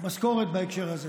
במשכורת בהקשר הזה,